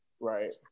right